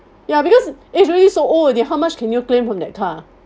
ya because it really so old then how much can you claim from that car